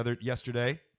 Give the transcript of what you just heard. yesterday